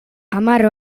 hamar